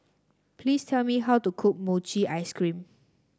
please tell me how to cook Mochi Ice Cream